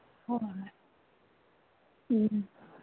ꯍꯣꯏ ꯎꯝ